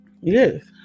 yes